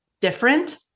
different